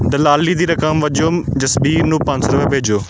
ਦਲਾਲੀ ਦੀ ਰਕਮ ਵਜੋਂ ਜਸਬੀਰ ਨੂੰ ਪੰਜ ਸੌ ਰੁਪਏ ਭੇਜੋ